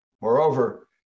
Moreover